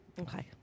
Okay